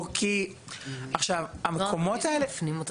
מי זה מפנים אותה?